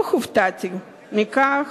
לא הופתעתי מכך